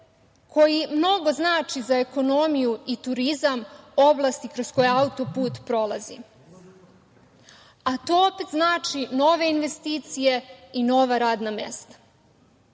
koji mnogo znači za ekonomiju i turizam oblasti kroz koje autoput prolazi. To opet znači nove investicije i nova radna mesta.